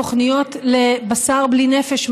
תוכניות לבשר בלי נפש,